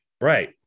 Right